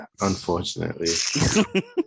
Unfortunately